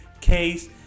case